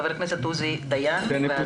ח"כ עוזי דיין בבקשה.